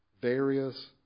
Various